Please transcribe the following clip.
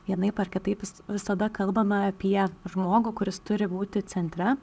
vienaip ar kitaip visada kalbame apie žmogų kuris turi būti centre